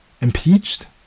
Impeached